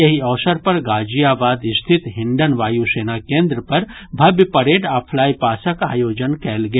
एहि अवसर पर गाजियाबाद स्थित हिंडन वायु सेना केन्द्र पर भव्य परेड आ फ्लाईपासक आयोजन कयल गेल